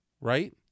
right